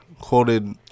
quoted